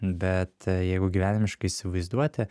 bet jeigu gyvenimiškai įsivaizduoti